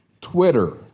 Twitter